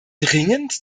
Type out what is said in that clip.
dringend